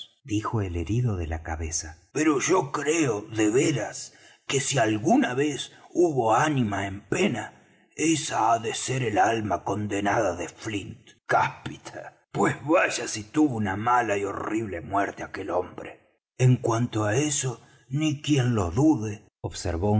dijo el herido de la cabeza pero yo creo de veras que si alguna vez hubo ánima en pena esa ha de ser el alma condenada de flint cáspita pues vaya si tuvo una mala y horrible muerte aquel hombre en cuanto á eso ni quien lo dude observó